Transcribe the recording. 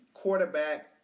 Quarterback